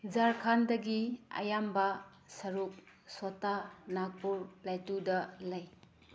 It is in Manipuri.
ꯖꯔꯈꯥꯟꯗꯒꯤ ꯑꯌꯥꯝꯕ ꯁꯔꯨꯛ ꯁꯣꯇꯥ ꯅꯥꯛꯄꯨꯔ ꯄ꯭ꯂꯦꯇꯨꯔꯗ ꯂꯩ